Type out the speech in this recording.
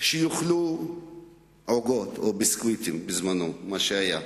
יאכלו עוגות, או ביסקוויטים אז, מה שהיה.